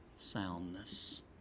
soundness